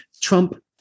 Trump